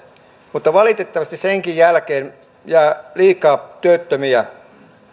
mutta valitettavasti senkin jälkeen jää liikaa työttömiä